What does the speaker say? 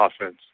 offense